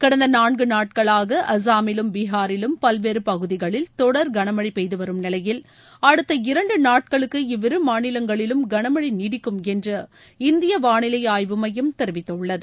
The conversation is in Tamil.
கடந்த நான்கு நாட்களாக அசாமிலும் பீஹாரிலும் பல்வேறு பகுதிகளில் தொடர் கனமழை பெய்து வரும் நிலையில் அடுத்த இரண்டு நாட்களுக்கு இவ்விரு மாநிலங்களிலும் கனமளழ நீடிக்கும் என்று இந்திய வானிலை ஆய்வு மையம் தெரிவித்துள்ளது